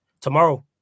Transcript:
tomorrow